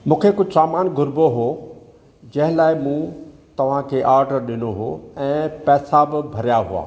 मूंखे कुझु सामान घुरिबो हुओ जंहिं लाइ मूं तव्हांखे ऑडर ॾिनो हुओ ऐं पैसा बि भरिया हुआ